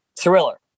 thriller